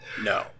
No